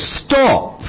stop